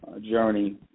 journey